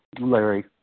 Larry